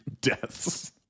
Deaths